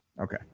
Okay